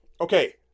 Okay